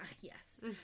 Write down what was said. Yes